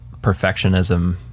perfectionism